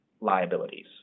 liabilities